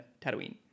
Tatooine